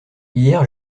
hier